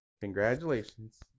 Congratulations